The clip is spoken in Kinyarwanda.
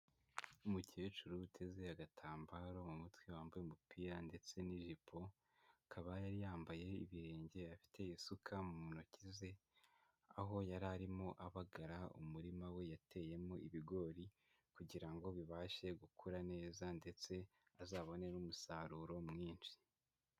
Umukecuru uteze agatambaro mu mutwe wambaye umupira ndetse n'ijipo, akaba yari yambaye ibirenge afite isuka mu ntoki ze, aho yari arimo abagara umurima we yateyemo ibigori kugira ngo bibashe gukura neza ndetse azabone n'umusaruro mwinshi.